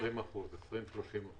ירד ב-20%-30%.